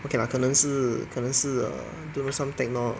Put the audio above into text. okay lah 可能是可能是 err some techno~